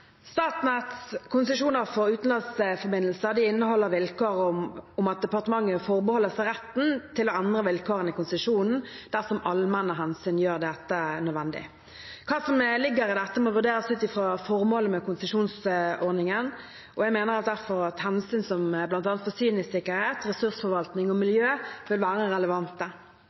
Statnetts konsesjoner for utenlandsforbindelser inneholder vilkår om at departementet forbeholder seg retten til å endre vilkårene i konsesjonen dersom «allmenne hensyn» gjør dette nødvendig. Hva som ligger i dette, må vurderes ut fra formålet med konsesjonsordningen, og jeg mener derfor at hensyn som bl.a. forsyningssikkerhet, ressursforvaltning og miljø vil være relevante.